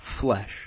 flesh